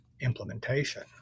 implementation